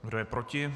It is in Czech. Kdo je proti?